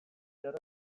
bat